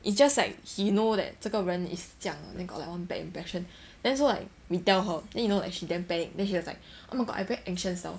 it's just like he know that 这个人 is 将 then got like one bad impression then so like we tell her then you know as she damn panic then she was like oh my god very I anxious now